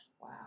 Wow